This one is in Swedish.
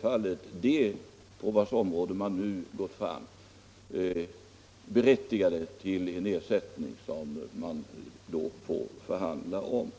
fall de på vars område man först gått fram berättigade till ersättning som man då får förhandla om.